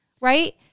right